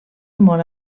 molt